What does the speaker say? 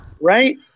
Right